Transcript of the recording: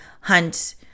hunt